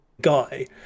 guy